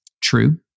True